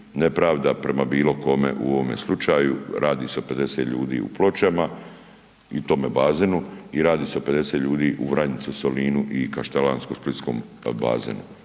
nepravda prema bilo kome. U ovome slučaju radi se o 50 ljudi u Pločama i tome bazenu i radi se o 50 ljudi u Vranjicu u Solinu i kaštelansko-splitskom bazenu,